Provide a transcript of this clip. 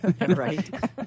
Right